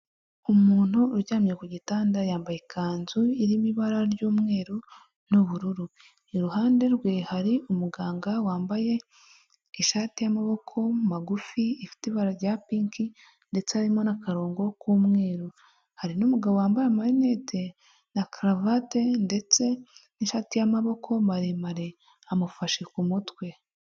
Umuntu uryamye ku gitanda, yambaye ikanzu irimo ibara ry'umweru n'ubururu, iruhande rwe hari umuganga wambaye ishati y'amaboko magufi, ifite ibara rya pinki ndetse harimo n'akarongo k'umweru, hari n'umugabo wambaye amarinete na karavate ndetse n'inshati y'amaboko maremare, amufashe ku mutwe.